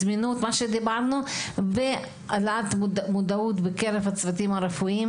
העניין של הזמינות והעלאת המודעות בקרב הצוותים הרפואיים